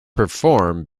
perform